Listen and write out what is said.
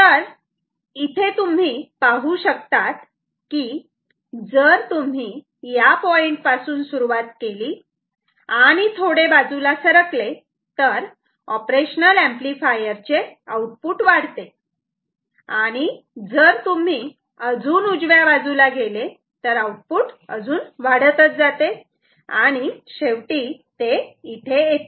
तर इथे तुम्ही पाहू शकतात की जर तुम्ही या पॉईंट पासून सुरुवात केली आणि थोडे बाजूला सरकले तर ऑपरेशनल ऍम्प्लिफायर चे आउटपुट वाढते आणि जर तुम्ही अजून उजव्या बाजूला गेले तर आउटपुट अजून वाढतच जाते आणि शेवटी इथे येते